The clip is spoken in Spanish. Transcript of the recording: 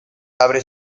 abre